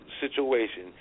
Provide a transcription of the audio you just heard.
situation